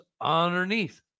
underneath